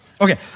Okay